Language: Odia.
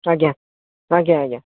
ଆଜ୍ଞା ଆଜ୍ଞା ଆଜ୍ଞା